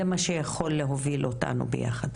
זה מה שיכול להוביל אותנו ביחד.